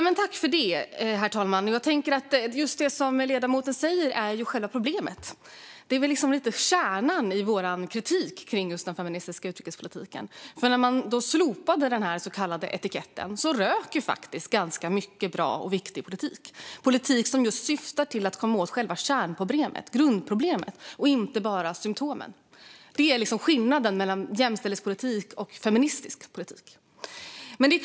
Herr talman! Just det som ledamoten säger är ju själva problemet. Det är kärnan i vår kritik kring den feministiska utrikespolitiken. När man slopade den så kallade etiketten rök faktiskt ganska mycket bra och viktig politik, politik som just syftade till att komma åt själva grundproblemet och inte bara symtomen. Det är skillnaden mellan jämställdhetspolitik och feministisk politik.